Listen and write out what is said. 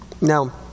Now